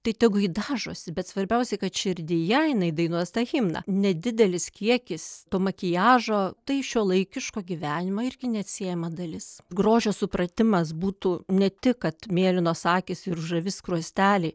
tai tegu ji dažosi bet svarbiausia kad širdyje jinai dainuos tą himną nedidelis kiekis to makiažo tai šiuolaikiško gyvenimo irgi neatsiejama dalis grožio supratimas būtų ne tik kad mėlynos akys ir ružavi skruosteliai